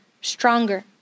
stronger